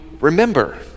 remember